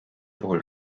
puhul